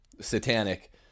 satanic